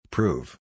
Prove